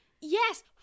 Yes